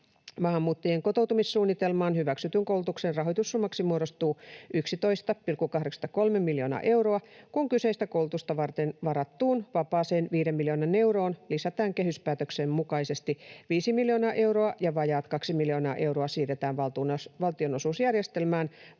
Maahanmuuttajien kotoutumissuunnitelmaan hyväksytyn koulutuksen rahoitussummaksi muodostuu 11,83 miljoonaa euroa, kun kyseistä koulutusta varten varattuun vapaaseen 5 miljoonaan euroon lisätään kehyspäätöksen mukaisesti 5 miljoonaa euroa ja vajaat 2 miljoonaa euroa siirretään valtionosuusjärjestelmään